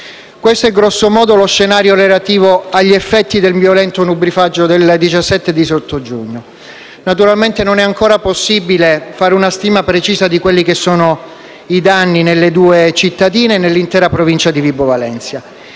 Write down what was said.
Questo è grosso modo lo scenario relativo agli effetti del violento nubifragio del 17 e 18 giugno. Naturalmente, non è ancora possibile fare una stima precisa dei danni nelle due cittadine e nell'intera provincia di Vibo Valentia.